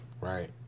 right